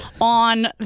on